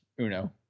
uno